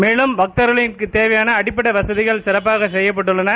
மேலம் பக்தர்களுக்கு தேவையான அடிப்படை வசதிகள் சிறப்பாக செய்யப்பட்டுள்ளன